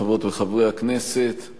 חברות וחברי הכנסת,